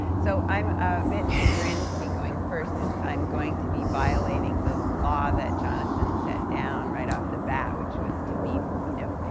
so i'm a bit chagrined to be going first, since i'm going to be violating the law that jonathan set down right off the bat, which was to be, you know,